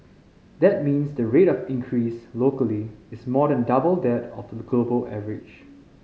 that means the rate of increase locally is more than double that of the global average